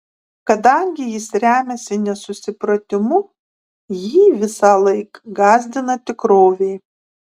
kadangi jis remiasi nesusipratimu jį visąlaik gąsdina tikrovė